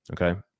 Okay